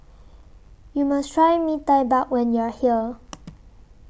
YOU must Try Bee Tai Mak when YOU Are here